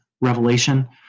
revelation